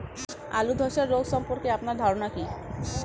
আলু ধ্বসা রোগ সম্পর্কে আপনার ধারনা কী?